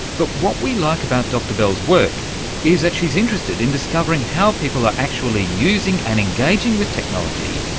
but what we like about dr bell's work is that she's interested in discovering how people are actually using and engaging with technology,